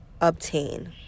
obtain